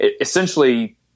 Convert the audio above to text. essentially